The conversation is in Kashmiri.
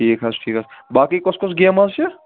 ٹھیٖک حظ چھُ ٹھیٖک حظ چھُ باقٕے کۄس کۄس گیمہٕ حظ چھِ